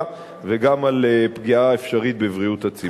וגם על פגיעה אפשרית בבריאות הציבור.